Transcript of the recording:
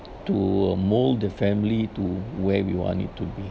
to uh mold the family to where we want it to be